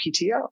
PTO